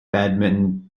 badminton